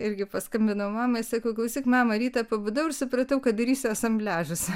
irgi paskambinau mamai sakau klausyk mama rytą pabudau ir supratau kad darysiu asambliažus